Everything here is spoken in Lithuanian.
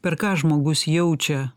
per ką žmogus jaučia